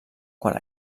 quan